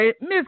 Miss